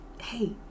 Hey